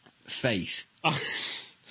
face